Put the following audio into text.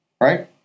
right